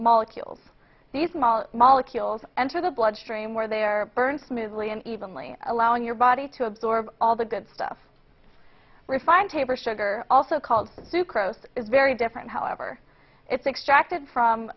molecules the small molecules enter the blood stream where they are burned smoothly and evenly allowing your body to absorb all the good stuff refined taper sugar also called sucrose is very different however it's extracted from